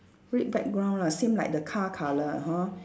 red background lah same like the car colour hor